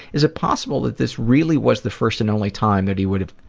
is it possible that this really was the first and only time that he would have,